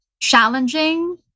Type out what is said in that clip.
challenging